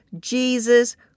Jesus